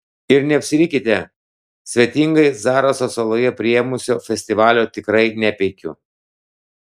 ir neapsirikite svetingai zaraso saloje priėmusio festivalio tikrai nepeikiu